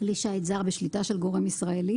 (כלי שיט זר בשליטה של גורם ישראלי),